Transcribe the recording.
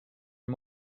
are